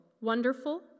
Wonderful